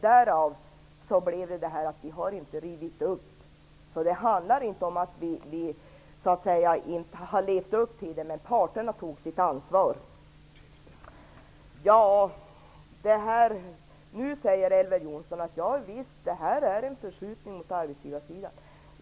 Därav kom det sig att vi inte rev upp beslutet. Det handlar inte om att vi inte har levt upp till våra uttalanden, parterna tog sitt ansvar. Nu säger Elver Jonsson: Ja visst, det här är en förskjutning mot arbetsgivarsidan.